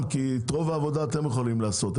כי את רוב העבודה אתם יכולים לעשות.